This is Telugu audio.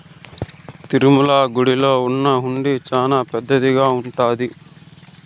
తిరుమల గుడిలో ఉన్న హుండీ చానా పెద్దదిగా ఉంటాది